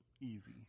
Easy